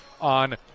on